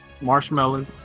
marshmallow